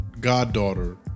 goddaughter